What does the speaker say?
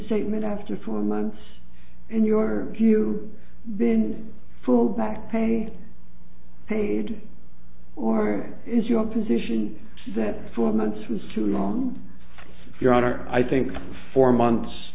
reinstatement after four months in your view been full back pay paid or is your position that four months was too long your honor i think four months